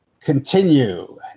continue